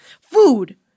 Food